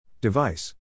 Device